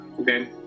Okay